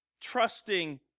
trusting